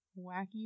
Wacky